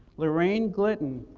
laraine glidden,